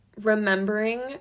remembering